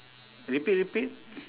repeat repeat